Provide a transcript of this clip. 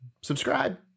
Subscribe